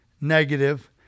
negative